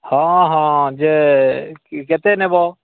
ହଁ ହଁ ଯେ କେତେ ନେବ